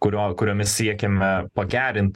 kurio kuriomis siekiame pagerint